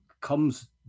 comes